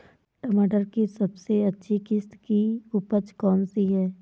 टमाटर की सबसे अच्छी किश्त की उपज कौन सी है?